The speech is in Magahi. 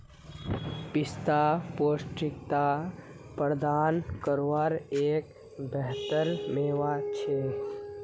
पिस्ता पौष्टिकता प्रदान कारवार एक बेहतर मेवा छे